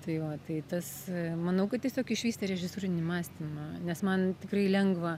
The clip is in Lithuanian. tai va tai tas manau kad tiesiog išvystė režisūrinį mąstymą nes man tikrai lengva